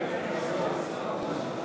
חברי הכנסת) עבדאללה אבו מערוף,